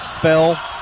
fell